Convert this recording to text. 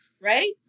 right